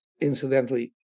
Incidentally